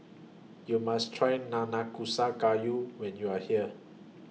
YOU must Try Nanakusa Gayu when YOU Are here